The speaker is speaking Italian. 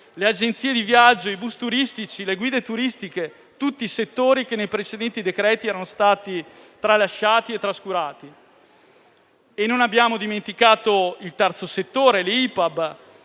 alle agenzie di viaggio, ai bus turistici, alle guide turistiche: tutti settori che nei precedenti decreti erano stati tralasciati e trascurati. Non abbiamo dimenticato il terzo settore, l'IPAB